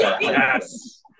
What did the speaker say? Yes